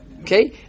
Okay